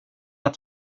att